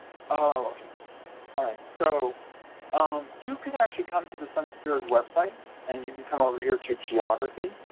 ah okay all right so um you can actually come to the census bureau's website and you can come over here to geography.